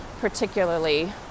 particularly